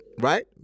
right